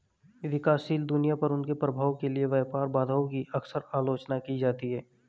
विकासशील दुनिया पर उनके प्रभाव के लिए व्यापार बाधाओं की अक्सर आलोचना की जाती है